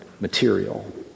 material